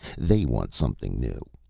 they want something new.